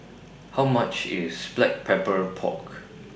How much IS Black Pepper Pork